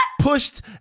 pushed